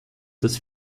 das